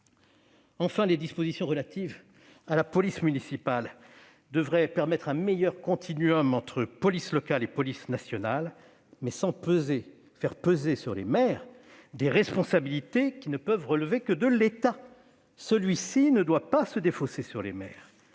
Enfin, les dispositions relatives à la police municipale devraient permettre un meilleur continuum entre police locale et police nationale, mais sans faire peser sur les maires des responsabilités qui ne peuvent relever que de l'État, lequel ne saurait se défausser sur eux.